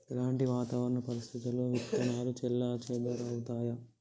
ఎలాంటి వాతావరణ పరిస్థితుల్లో విత్తనాలు చెల్లాచెదరవుతయీ?